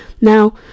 now